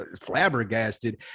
flabbergasted